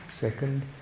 second